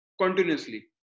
continuously